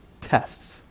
tests